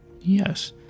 yes